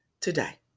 today